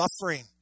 suffering